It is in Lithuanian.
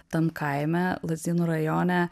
tam kaime lazdynų rajone